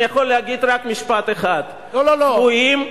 אני יכול להגיד רק משפט אחד: צבועים,